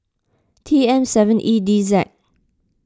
T M seven E D Z